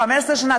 ל-15 שנה?